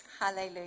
Hallelujah